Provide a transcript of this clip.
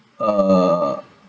uh